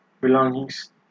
belongings